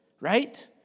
right